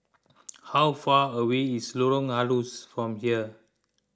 how far away is Lorong Halus from here